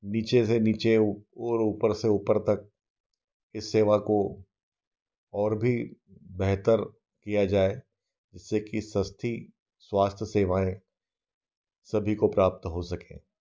नीचे से नीचे और ऊपर से ऊपर तक इस सेवा को और भी बेहतर किया जाए जिससे कि सस्ती स्वास्थ्य सेवाएँ सभी को प्राप्त हो सके